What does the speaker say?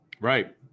Right